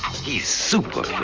he's super